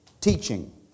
teaching